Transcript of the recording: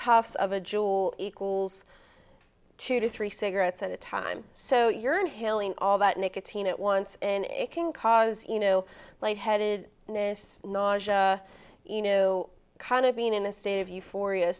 puffs of a jaw equals two to three cigarettes at a time so you're inhaling all that nicotine at once and it can cause you know light headed you know kind of being in a state of euphoria